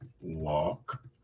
walk